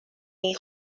این